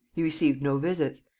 he received no visits.